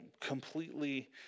completely